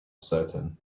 certain